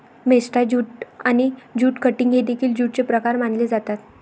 मेस्टा jute आणि jute cutting हे देखील ज्यूटचे प्रकार मानले जातात